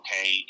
okay